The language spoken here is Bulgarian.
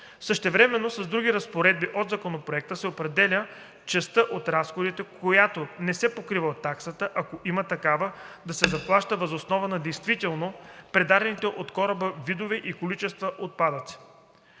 Същевременно с други разпоредби от Законопроекта се определя частта от разходите, която не се покрива от таксата, ако има такава, да се заплаща въз основа на действително предадените от кораба видове и количества отпадъци.